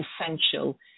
essential